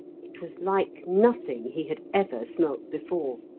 it was like nothing he had ever smelt before,